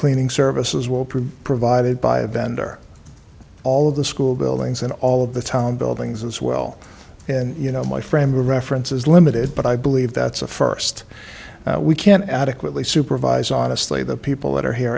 cleaning services will provide provided by a vendor all of the school buildings and all of the town buildings as well and you know my frame of reference is limited but i believe that's the first we can adequately supervise honestly the people that are here